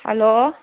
hello